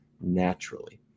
naturally